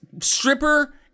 stripper